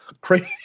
crazy